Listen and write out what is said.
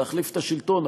להחליף את השלטון.